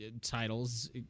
titles